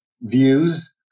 views